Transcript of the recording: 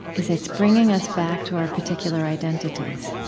is, it's bringing us back to our particular identities.